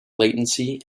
latency